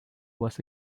was